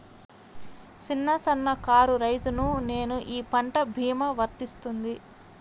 చిన్న సన్న కారు రైతును నేను ఈ పంట భీమా వర్తిస్తుంది?